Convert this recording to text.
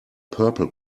purple